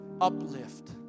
uplift